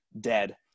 dead